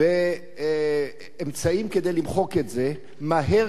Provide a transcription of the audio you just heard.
באמצעים כדי למחוק את זה מהר ככל האפשר.